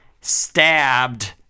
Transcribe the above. stabbed